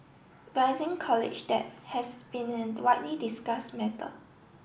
rising college debt has been a widely discussed matter